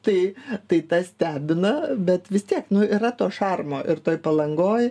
tai tai tas stebina bet vis tiek nu yra to šarmo ir toj palangoj